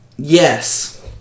Yes